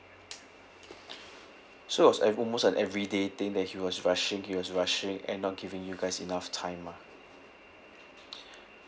so it was ev~ almost an everyday thing that he was rushing he was rushing and not giving you guys enough time ah